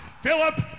Philip